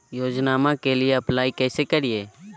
योजनामा के लिए अप्लाई कैसे करिए?